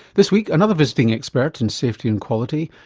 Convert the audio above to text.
this week, another visiting expert in safety and quality,